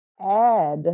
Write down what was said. add